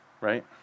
Right